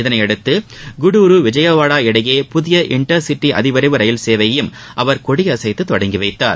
இதனையடுத்து குடூரு விஜயவாடா இடையே புதிய இண்டர்சிட்டி அதிவிரைவு ரயில் சேவையையும் அவர் கொடியசைத்து தொடங்கிவைத்தார்